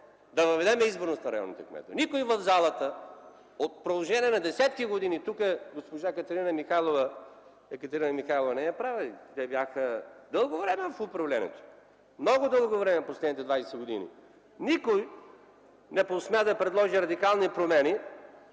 да въведем изборност на районните кметове. Никой в залата в продължение на десетки години, тук госпожа Екатерина Михайлова не е права, те бяха дълго време в управлението, много дълго време в последните 20 години никой не посмя да предложи радикални промени